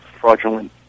fraudulent